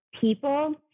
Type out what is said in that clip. people